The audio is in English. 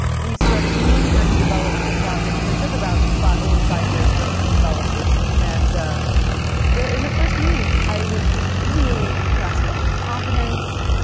we started we knew we had to develop the project. and it took about five over five years for us to develop this, and in the first meeting, i was just really impressed by his confidence,